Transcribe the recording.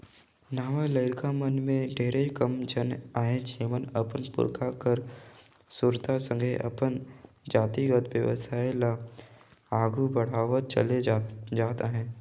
नावा लरिका मन में ढेरे कम झन अहें जेमन अपन पुरखा कर सुरता संघे अपन जातिगत बेवसाय ल आघु बढ़ावत चले जात अहें